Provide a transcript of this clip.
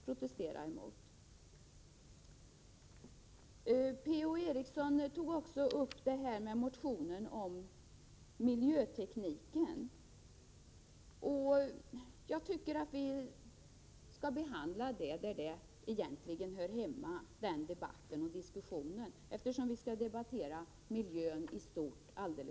Per-Ola Eriksson berörde också motionen om miljötekniken. Jag tycker att vi skall föra debatten om denna fråga där den hör hemma. Vi skall ju här i riksdagen snart debattera miljön i stort.